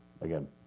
again